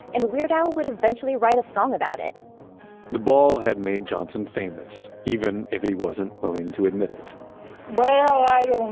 and weird al would eventually write a song about it the ball had made johnson famous, even if he wasn't willing to admit it well,